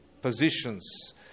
positions